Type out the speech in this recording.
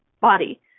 body